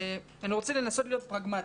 אני רוצה לנסות להיות פרגמטי.